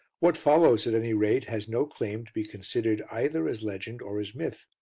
what follows, at any rate, has no claim to be considered either as legend or as myth.